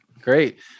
Great